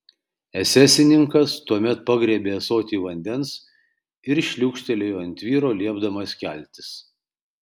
esesininkas tuomet pagriebė ąsotį vandens ir šliūkštelėjo ant vyro liepdamas keltis